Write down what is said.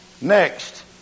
next